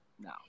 No